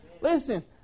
Listen